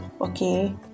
okay